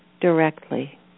directly